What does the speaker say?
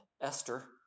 Esther